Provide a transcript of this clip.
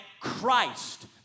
Christ